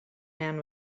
man